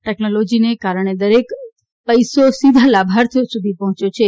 ટેકનોલોજીને કારણે દરેક પૈસો સીધા લાભાર્થીઓ સુધી પહોંચ્યો છે